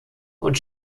und